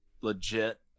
legit